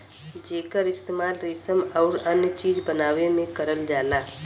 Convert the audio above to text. जेकर इस्तेमाल रेसम आउर अन्य चीज बनावे में करल जाला